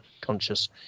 conscious